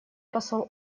посол